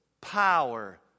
power